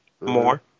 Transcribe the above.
more